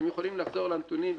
אתם יכולים לחזור לנתונים,